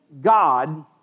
God